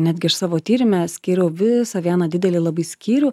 netgi ir savo tyrime skyriau visą vieną didelį labai skyrių